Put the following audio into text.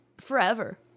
forever